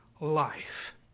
life